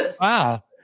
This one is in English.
Wow